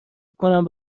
کنم